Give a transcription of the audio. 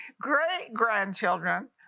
great-grandchildren